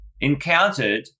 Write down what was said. encountered